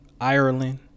Ireland